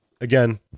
again